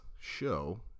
Show